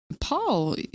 Paul